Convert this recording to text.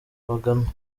bagana